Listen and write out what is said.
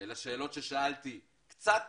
לשאלות ששאלתי קצת